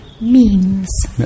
Memes